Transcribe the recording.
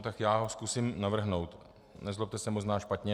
Tak já ho zkusím navrhnout, nezlobte se, možná špatně.